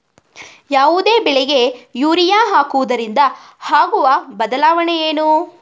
ಯಾವುದೇ ಬೆಳೆಗೆ ಯೂರಿಯಾ ಹಾಕುವುದರಿಂದ ಆಗುವ ಬದಲಾವಣೆ ಏನು?